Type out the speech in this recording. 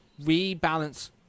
Rebalance